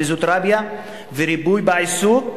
פיזיותרפיה וריפוי בעיסוק,